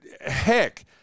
heck